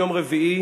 היום יום רביעי,